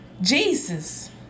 Jesus